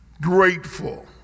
grateful